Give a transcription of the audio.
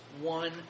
one